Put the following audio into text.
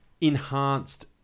enhanced